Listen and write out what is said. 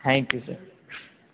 thank you sir